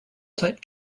plant